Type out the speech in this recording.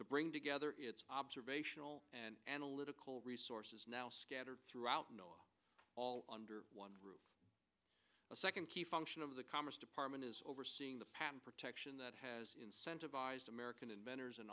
to bring together its observational and analytical resources now scattered throughout all under one roof a second key function of the commerce department is overseeing the patent protection that has incentivized american